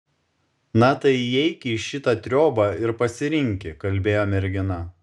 na tai įeiki į šitą triobą ir pasirinki kalbėjo mergina